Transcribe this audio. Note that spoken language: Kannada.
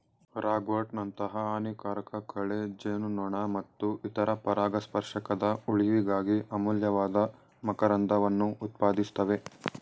ರಾಗ್ವರ್ಟ್ನಂತಹ ಹಾನಿಕಾರಕ ಕಳೆ ಜೇನುನೊಣ ಮತ್ತು ಇತರ ಪರಾಗಸ್ಪರ್ಶಕದ ಉಳಿವಿಗಾಗಿ ಅಮೂಲ್ಯವಾದ ಮಕರಂದವನ್ನು ಉತ್ಪಾದಿಸ್ತವೆ